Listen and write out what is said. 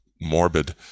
morbid